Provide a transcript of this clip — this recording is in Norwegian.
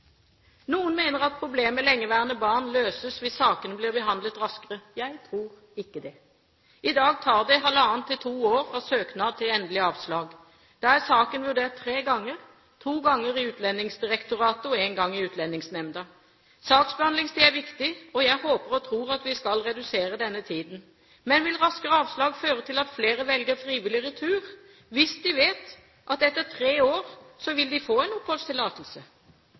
Noen mener at problemet «lengeværende barn» løses hvis sakene blir behandlet raskere. Jeg tror ikke det. I dag tar det halvannet til to år fra søknad til endelig avslag. Da er saken vurdert tre ganger – to ganger i Utlendingsdirektoratet og en gang i Utlendingsnemnda. Saksbehandlingstid er viktig, og jeg håper og tror at vi skal redusere denne tiden. Men vil raskere avslag føre til at flere velger frivillig retur hvis de vet at de etter tre år vil få en oppholdstillatelse?